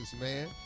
man